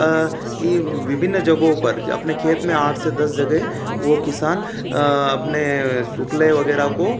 कि विभिन्न जगहों पर अपने खेत में आठ से दस जगह वह किसान अपने सुकले वगैरह को